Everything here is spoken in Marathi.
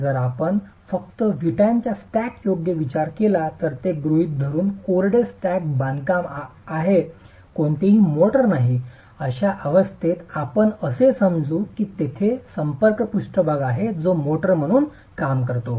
जर आपण फक्त विटाच्या स्टॅकचा योग्य विचार केला तर ते गृहित धरुन कोरडे स्टॅक बांधकाम आहे कोणतेही मोर्टार नाही या अवस्थेत आपण असे समजू की तेथे संपर्क पृष्ठभाग आहे जो मोर्टार म्हणून काम करतो